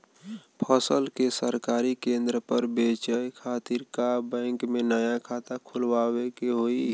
फसल के सरकारी केंद्र पर बेचय खातिर का बैंक में नया खाता खोलवावे के होई?